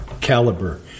caliber